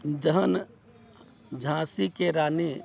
जहन झाँसीके रानी